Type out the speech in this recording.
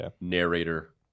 narrator